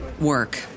work